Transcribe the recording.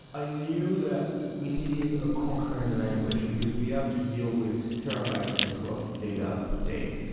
i knew that we needed a concurrent language, because we have to deal with terabytes of of data per day.